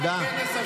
תודה.